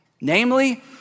namely